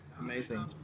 Amazing